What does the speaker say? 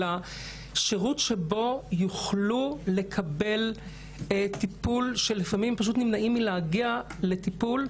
אלא שירות שבו יוכלו לקבל טיפול שלפעמים פשוט נמנעים מלהגיע לטיפול.